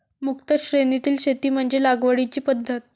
मुक्त श्रेणीतील शेती म्हणजे लागवडीची पद्धत